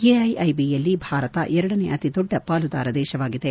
ಎಐಐಬಿಯಲ್ಲಿ ಭಾರತ ಎರಡನೇ ಅತಿದೊಡ್ಡ ಪಾಲುದಾರ ದೇಶವಾಗಿದೆ